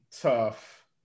tough